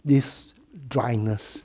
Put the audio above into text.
this dryness